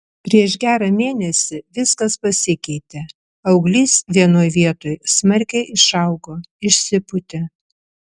prieš gerą mėnesį viskas pasikeitė auglys vienoj vietoj smarkiai išaugo išsipūtė